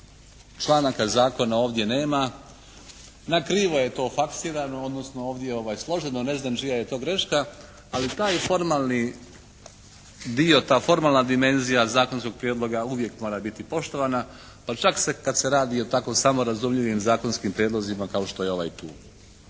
članaka zakona ovdje nema. Na krivo je to faxirano odnosno ovdje složeno, ne znam čija je to greška ali taj formalni dio, ta formalna dimenzija zakonskog prijedloga uvijek mora biti poštovana, pa čak kad se radi o tako samo razumljivim zakonskim prijedlozima kao što je ovaj tu.